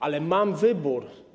Ale mam wybór.